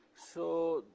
so,